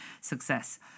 success